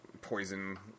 poison